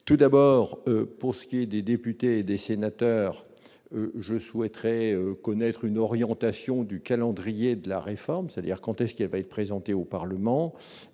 tout d'abord, pour ce qui est des députés et des sénateurs, je souhaiterais connaître une orientation du calendrier de la réforme, c'est-à-dire quand ce qui va être présenté au Parlement